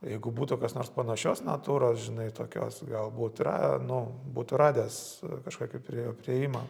jeigu būtų kas nors panašios natūros žinai tokios galbūt yra nu būtų radęs kažkokį prie jo priėjimą